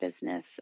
business